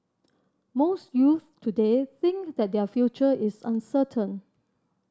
most youths today think that their future is uncertain